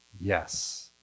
yes